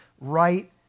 right